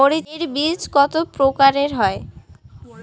মরিচ এর বীজ কতো প্রকারের হয়?